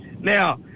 Now